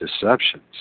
deceptions